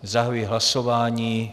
Zahajuji hlasování.